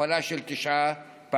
הכפלה פי תשעה,